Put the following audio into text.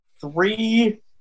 three